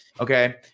Okay